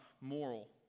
moral